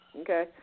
okay